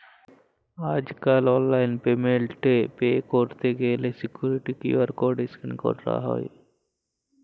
আজ কাল online payment এ পে ক্যরত গ্যালে সিকুইরিটি কিউ.আর কড স্ক্যান ক্যরা হ্য়